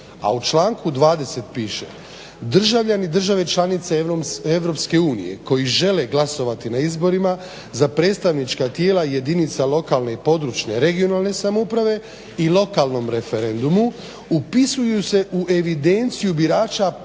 A u članku 2. piše: državi države članice Europske unije koji žele glasovati na izborima za predstavnička tijela jedinica lokalne i područne (regionalne) samouprave i lokalnom referendumu upisuju se u evidenciju birača prema